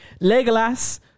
Legolas